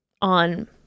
on